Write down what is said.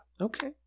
okay